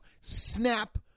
snap